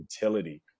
utility